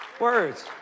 words